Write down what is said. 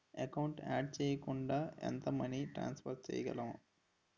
Account add చేయకుండా ఎంత money transfer చేయగలము?